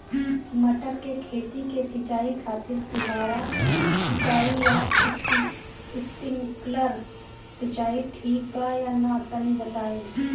मटर के खेती के सिचाई खातिर फुहारा सिंचाई या स्प्रिंकलर सिंचाई ठीक बा या ना तनि बताई?